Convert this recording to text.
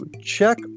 check